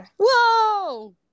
Whoa